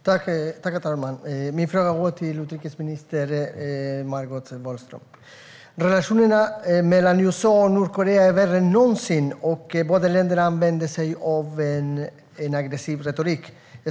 Herr talman! Min fråga går till utrikesminister Margot Wallström. Relationerna mellan USA och Nordkorea är värre än någonsin, och båda länderna använder sig av en aggressiv retorik.